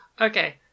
Okay